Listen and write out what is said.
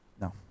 No